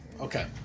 Okay